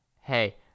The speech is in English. Hey